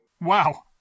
Wow